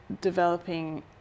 developing